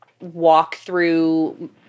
walk-through